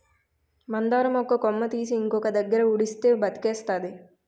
మందార మొక్క కొమ్మ తీసి ఇంకొక దగ్గర ఉడిస్తే బతికేస్తాది